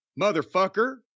motherfucker